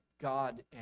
God